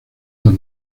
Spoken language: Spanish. dos